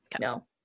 no